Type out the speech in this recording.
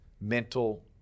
mental